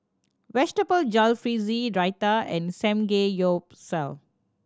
Vegetable Jalfrezi Raita and Samgeyopsal